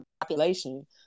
population